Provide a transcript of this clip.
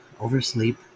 oversleep